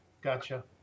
gotcha